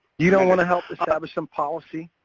you don't want to help establish some policy?